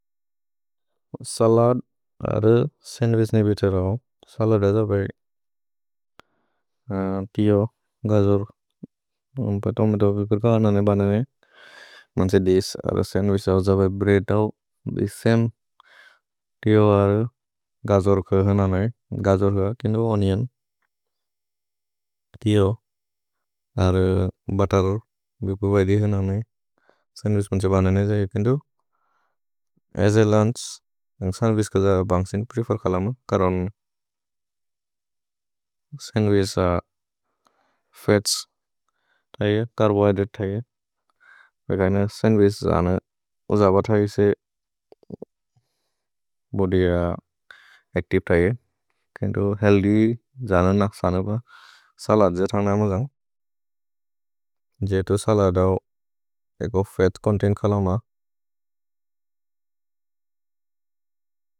Salad or sandwich ने बिछर् औ। सलद् अज भै तियो, गजोर्क्, तोमतो बिछर् क अनने बनने। मन्से दिश् अर सन्द्विछ् अज भै, ब्रेअद् औ, भि समे तियो अर् गजोर्क हनने। गजोर्क, किन्दु ओनिओन्। तियो अर् बुत्तेर् बिछु भैदि हनने। सन्द्विछ् बनने जये, किन्दु अस् अ लुन्छ्। सन्द्विछ् क ज बन्सिन् प्रेफेर् खलम। करन् सन्द्विछ् फत्स् थये, चर्बोह्य्द्रते थये। भेगने सन्द्विछ् जन उजब थये, इसे बोधि अच्तिवे थये। किन्दु हेअल्थ्य् जन नक्सन ब। सलद् जन उजब। जेतु सलदौ। एगो फत् चोन्तेन्त् खलम।